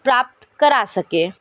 प्राप्त करा सके